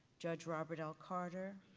judge robert l. carter,